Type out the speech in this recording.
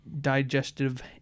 digestive